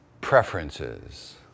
Preferences